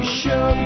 show